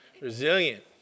Resilient